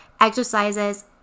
exercises